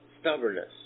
stubbornness